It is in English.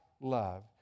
love